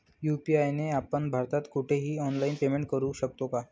UPI ने आपण भारतात कुठेही ऑनलाईन पेमेंट करु शकतो का?